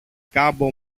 κάμπο